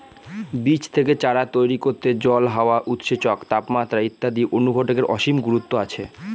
বীজ থেকে চারা তৈরি করতে জল, হাওয়া, উৎসেচক, তাপমাত্রা ইত্যাদি অনুঘটকের অসীম গুরুত্ব আছে